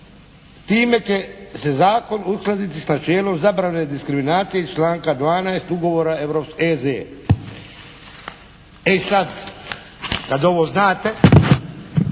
Time će se zakon uskladiti sa načelom zabrane diskriminacije iz članka 12. ugovora EZ. E sad, kad ovo znate,